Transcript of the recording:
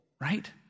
Right